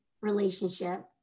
relationship